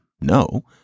no